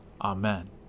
Amen